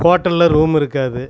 ஹோட்டலில் ரூம் இருக்காது